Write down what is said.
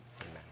Amen